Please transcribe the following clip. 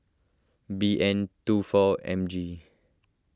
B N two four M G